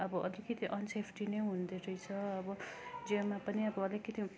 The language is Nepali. अब अलिकति अनसेफ्टी नै हुँदो रहेछ अब जेमा पनि अब अलिकति